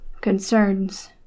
concerns